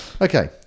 okay